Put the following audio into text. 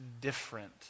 different